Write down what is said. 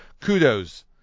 Kudos